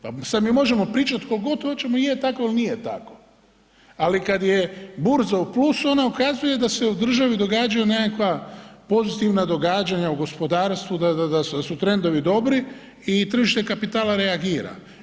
Pa sad mi možemo pričati koliko god hoćemo jel tako ili nije tako, ali kad je burza u plusu ona ukazuje da se u državi događaju nekakva pozitivna događanja u gospodarstvu, da su trendovi dobri i tržište kapitala reagira.